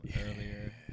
earlier